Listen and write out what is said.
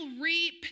reap